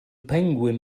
penguin